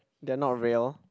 they're not real